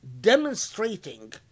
demonstrating